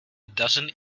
dozen